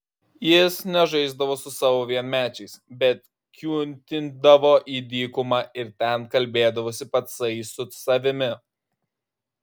jis nežaisdavo su savo vienmečiais bet kiūtindavo į dykumą ir ten kalbėdavosi patsai su savimi